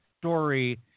story